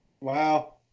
Wow